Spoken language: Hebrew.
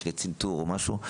לפני צנתור או משהו,